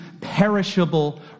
perishable